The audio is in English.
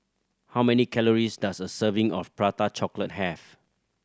how many calories does a serving of Prata Chocolate have